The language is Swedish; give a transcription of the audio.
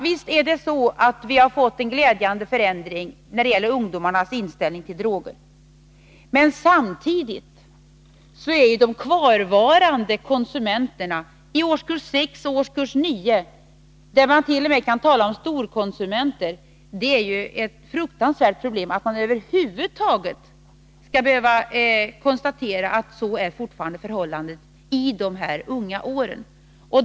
Visst har vi fått en glädjande förändring av ungdomarnas inställning till droger. Men samtidigt är det ett fruktansvärt problem att man över huvud taget skall behöva konstatera att det finns kvarvarande konsumenter i årskurserna 6-9 — man kan där t.o.m. tala om storkonsumenter.